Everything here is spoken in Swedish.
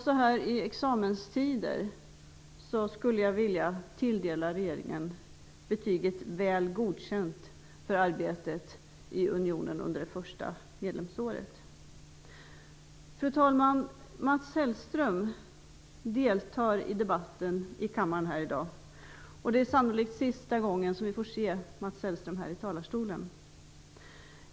Så här i examenstiden skulle jag vilja tilldela regeringen betyget väl godkänt för arbetet i unionen under det första medlemsåret. Fru talman! Mats Hellström deltar i debatten i kammaren här i dag, och det är sannolikt sista gången som vi får se Mats Hellström här i talarstolen.